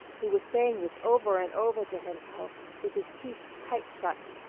he was saying this over and over to himself with his teeth tight shut,